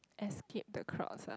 escape the crowds ah